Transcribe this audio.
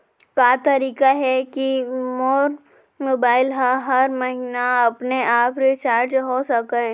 का तरीका हे कि मोर मोबाइल ह हर महीना अपने आप रिचार्ज हो सकय?